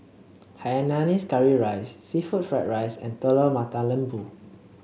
Hainanese Curry Rice seafood Fried Rice and Telur Mata Lembu